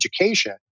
education